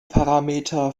parameter